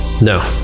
no